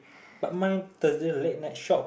but mine Thursday late night shop